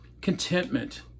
contentment